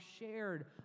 shared